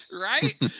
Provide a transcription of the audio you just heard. Right